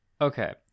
Okay